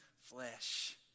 flesh